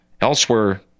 Elsewhere